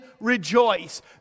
rejoice